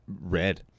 red